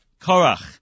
Korach